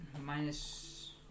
minus